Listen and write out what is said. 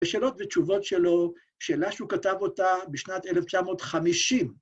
ושאלות ותשובות שלו, שאלה שהוא כתב אותה בשנת 1950.